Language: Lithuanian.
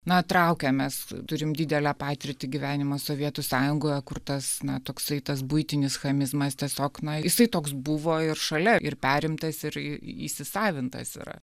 na traukiamės turim didelę patirtį gyvenimo sovietų sąjungoj kur tas na toksai tas buitinis chamizmas tiesiog na jisai toks buvo ir šalia ir perimtas ir įsisavintas yra